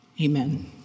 Amen